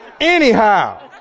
Anyhow